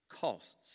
costs